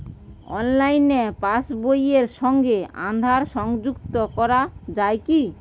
অনলাইনে পাশ বইয়ের সঙ্গে আধার সংযুক্তি করা যায় কি?